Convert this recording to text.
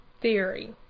theory